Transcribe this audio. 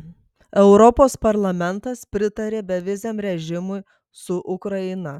europos parlamentas pritarė beviziam režimui su ukraina